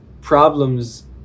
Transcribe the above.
problems